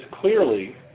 clearly